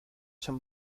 son